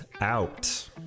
Out